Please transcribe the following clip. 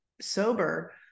sober